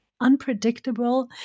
unpredictable